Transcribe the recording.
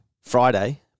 Friday